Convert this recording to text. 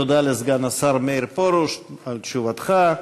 תודה לסגן השר מאיר פרוש על תשובתך.